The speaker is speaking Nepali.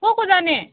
को को जाने